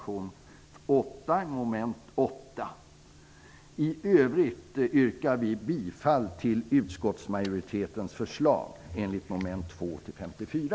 I övrigt yrkar jag bifall till utskottsmajoritetens förslag enligt mom. 2--54.